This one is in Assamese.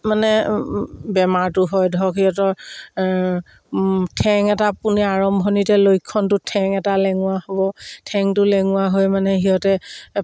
মানে বেমাৰটো হয় ধৰক সিহঁতৰ ঠেং এটা পোনে আৰম্ভণিতে লক্ষণটো ঠেং এটা লেঙুৰা হ'ব ঠেংটো লেঙুৰা হৈ মানে সিহঁতে